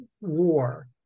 war